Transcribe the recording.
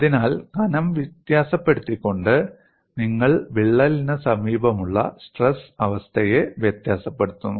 അതിനാൽ കനം വ്യത്യാസപ്പെടുത്തിക്കൊണ്ട് നിങ്ങൾ വിള്ളലിന് സമീപമുള്ള സ്ട്രെസ് അവസ്ഥയെ വ്യത്യാസപ്പെടുത്തുന്നു